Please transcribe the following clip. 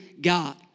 God